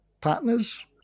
partners